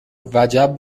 وجب